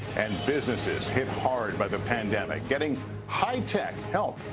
and businesses hit hard by the pandemic, getting high tech help.